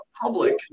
public